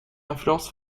influence